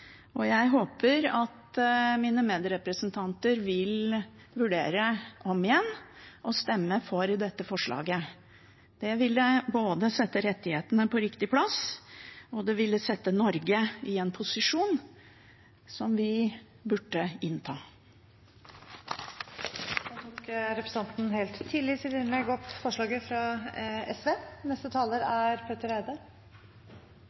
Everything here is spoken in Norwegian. og jeg håper at mine medrepresentanter vil vurdere om igjen å stemme for dette forslaget. Det ville sette rettighetene på riktig plass, og det ville sette Norge i en posisjon som vi burde innta. Representanten Karin Andersen tok helt på begynnelsen av sitt innlegg opp forslaget fra SV.